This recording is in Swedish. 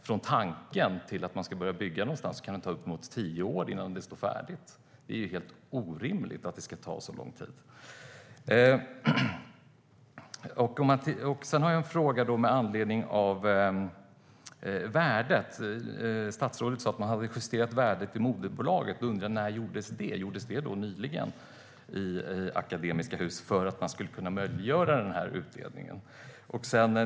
Från tanken på att man ska börja att bygga kan det ta uppemot tio år innan bygget står färdigt. Det är helt orimligt att det ska ta så lång tid. Sedan har jag en fråga med anledning av värdet. Statsrådet sa att man hade justerat värdet i moderbolaget. Då undrar jag: När gjordes det? Gjordes det nyligen i Akademiska Hus för att man skulle möjliggöra utdelningen?